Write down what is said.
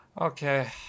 Okay